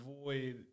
avoid